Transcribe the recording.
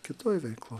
kitoj veikloj